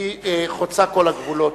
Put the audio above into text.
חוצים את כל הגבולות,